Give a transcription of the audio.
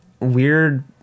weird